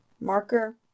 marker